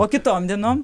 o kitom dienom